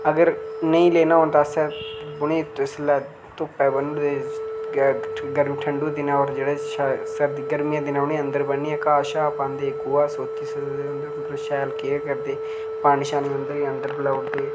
अगर नेईं लैना होए ते अस उनेंगी जिसलै धुप्पा बनी ओड़दे अग्गै ठंडु दे दिनें होर जेह्ड़े सर्दियें गर्मियें दे दिनें उनेंगी अंदर बनियै घाऽ शा पांदे गोहा सोतियै उंदी मतलब शैल केयर करदे पानी शानी अंदर गै अंदर पलाई ओड़दे